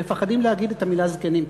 מפחדים להגיד את המילה "זקנים".